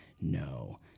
No